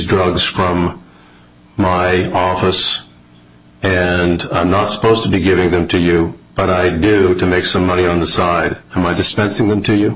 drugs from my purse and i'm not supposed to be giving them to you but i do to make some money on the side of my dispensing them to you